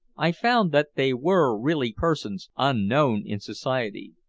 i found that they were really persons unknown in society.